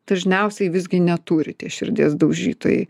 dažniausiai visgi neturi tie širdies daužytojai